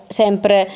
sempre